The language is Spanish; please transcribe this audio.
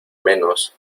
menos